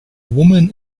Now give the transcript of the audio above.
woman